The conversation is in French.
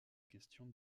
question